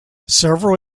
several